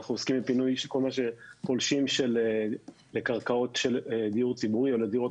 אנחנו עושים בפינוי של פולשים לקרקעות של דיור ציבורי או לדיור הציבורי.